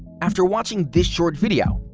after watching this short video,